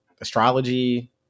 astrology